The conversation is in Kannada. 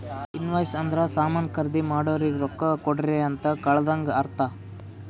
ಇನ್ವಾಯ್ಸ್ ಅಂದುರ್ ಸಾಮಾನ್ ಖರ್ದಿ ಮಾಡೋರಿಗ ರೊಕ್ಕಾ ಕೊಡ್ರಿ ಅಂತ್ ಕಳದಂಗ ಅರ್ಥ